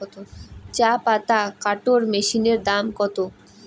চাপাতা কাটর মেশিনের দাম কত?